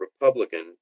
Republican